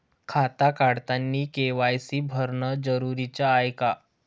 खातं काढतानी के.वाय.सी भरनं जरुरीच हाय का?